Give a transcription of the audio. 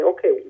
Okay